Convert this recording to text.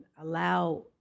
allow